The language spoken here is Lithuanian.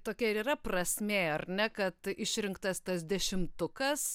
tokia ir yra prasmė ar ne kad išrinktas tas dešimtukas